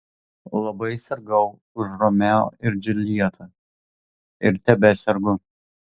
labai sirgau už romeo ir džiuljetą ir tebesergu